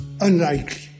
unlikely